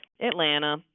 Atlanta